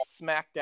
SmackDown